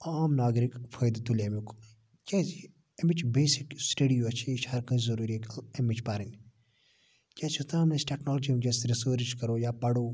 عام ناگرِک فٲدٕ تُلہِ امیُک کیاز امِچ بیسِک یۄس سِٹڈی یۄس چھِ یہِ چھِ ہر کٲنٛسہِ ضروٗری امِچ پَرٕنۍ کیاز یوٚتانۍ نہٕ أسۍ ٹیٚکنالجی ونٛکیٚس رِسیٚرچ کرو یا پَرو